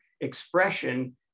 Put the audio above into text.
expression